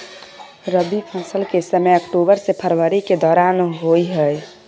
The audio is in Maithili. रबी फसल के समय अक्टूबर से फरवरी के दौरान होय हय